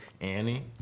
Annie